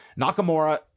Nakamura